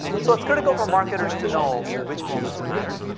so it's critical for marketers to know which moments matter